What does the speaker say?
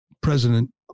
President